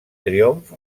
triomf